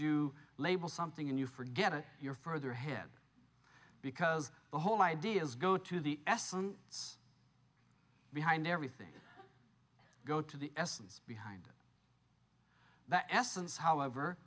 you label something and you forget it you're further ahead because the whole idea is go to the essence behind everything go to the essence behind it that essence however